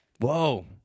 Whoa